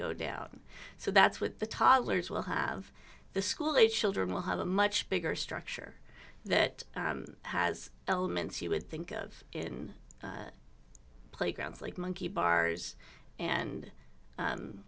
go down so that's what the toddlers will have the school age children will have a much bigger structure that has elements you would think of in playgrounds like monkey bars and